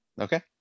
Okay